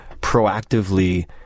proactively